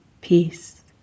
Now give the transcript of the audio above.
Peace